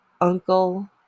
uncle